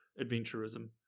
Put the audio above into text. adventurism